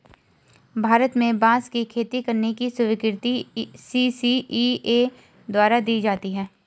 भारत में बांस की खेती करने की स्वीकृति सी.सी.इ.ए द्वारा दी जाती है